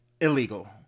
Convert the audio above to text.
illegal